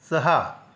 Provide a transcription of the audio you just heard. सहा